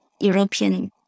European